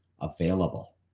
available